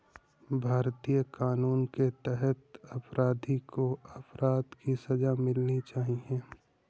भारतीय कानून के तहत अपराधी को अपराध की सजा मिलनी चाहिए